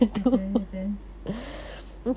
betul betul